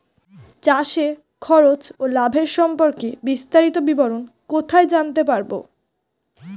চাষে খরচ ও লাভের সম্পর্কে বিস্তারিত বিবরণ কিভাবে জানতে পারব?